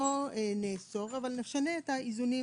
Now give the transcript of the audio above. לא נאסור אבל נשנה את האיזונים